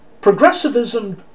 Progressivism